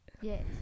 Yes